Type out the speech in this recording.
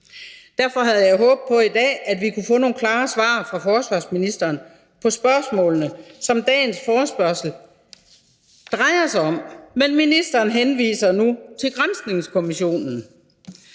Derfor havde jeg håbet på, at vi i dag kunne få nogle klare svar fra forsvarsministeren på spørgsmålene, som dagens forespørgsel drejer sig om. Men ministeren henviser nu til granskningskommissionen.